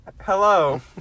Hello